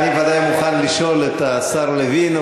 אני ודאי מוכן לשאול את השר לוין,